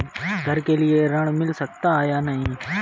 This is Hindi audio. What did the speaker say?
घर के लिए ऋण मिल सकता है या नहीं?